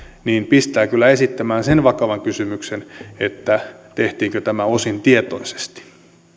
pistää kyllä esittämään sen vakavan kysymyksen tehtiinkö tämä osin tietoisesti